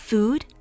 Food